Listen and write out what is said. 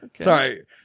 Sorry